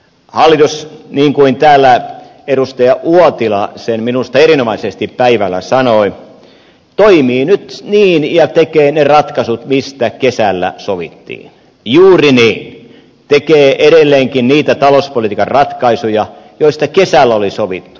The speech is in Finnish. hallitus niin kuin täällä edustaja uotila sen minusta erinomaisesti päivällä sanoi toimii nyt niin ja tekee ne ratkaisut mistä kesällä sovittiin juuri niin tekee edelleenkin niitä talouspolitiikan ratkaisuja joista kesällä oli sovittu